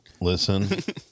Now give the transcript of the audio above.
listen